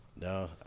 No